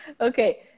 Okay